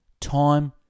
time